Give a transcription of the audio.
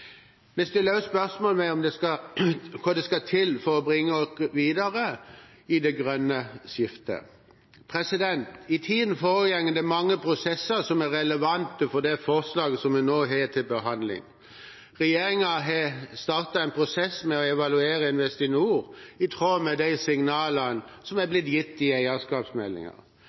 Vi stiller også spørsmål om hva som skal til for å bringe oss videre i det grønne skiftet. For tiden foregår det mange prosesser som er relevante for det forslaget som vi nå har til behandling. Regjeringen har startet en prosess med å evaluere Investinor, i tråd med de signalene som er